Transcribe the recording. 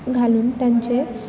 घालून त्यांचे